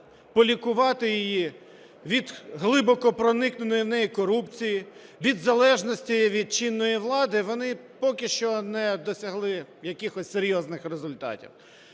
полікувати її від глибоко проникненої в неї корупції, від залежності від чинної влади, вони поки що не досягли якихось серйозних результатів.